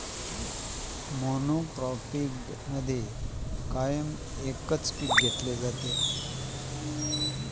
मोनॉक्रोपिगमा कायम एकच पीक लेतस